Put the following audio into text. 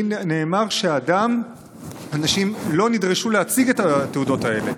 לי נאמר שאנשים לא נדרשו להציג את התעודות האלה.